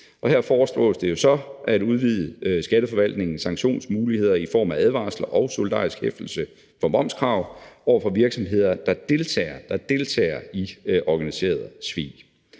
og her foreslås det at udvide Skatteforvaltningens sanktionsmuligheder i form af advarsler og solidarisk hæftelse for momskrav over for virksomheder, der deltager – der deltager – i